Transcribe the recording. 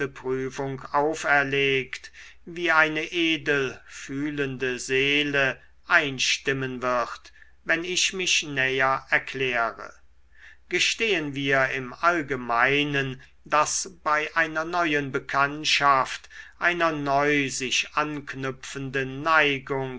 prüfung auferlegt wie eine edel fühlende seele einstimmen wird wenn ich mich näher erkläre gestehen wir im allgemeinen daß bei einer neuen bekanntschaft einer neu sich anknüpfenden neigung